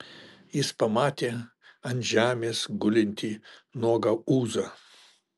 jis pamatė ant žemės gulintį nuogą ūzą